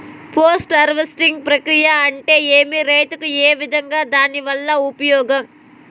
Post harvesting ప్రక్రియ అంటే ఏమి? రైతుకు ఏ విధంగా దాని వల్ల ఉపయోగం?